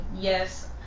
Yes